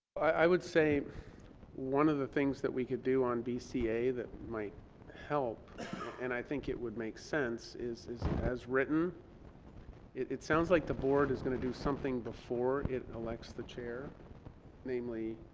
i would say one of the things that we could do on bca that might help and i think it would make sense is is as written it sounds like the board is going to do something before it elects the chair namely